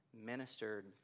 ministered